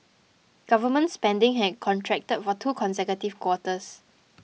government spending had contracted for two consecutive quarters